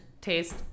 taste